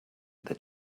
that